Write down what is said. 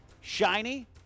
Shiny